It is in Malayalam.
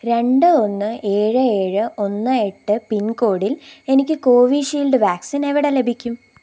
രണ്ട് ഒന്ന് ഏഴ് ഏഴ് ഒന്ന് എട്ട് പിൻകോഡിൽ എനിക്ക് കോവിഷീൽഡ് വാക്സിൻ എവിടെ ലഭിക്കും